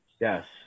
yes